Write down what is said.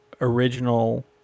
original